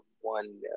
one